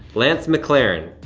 lance mclaren,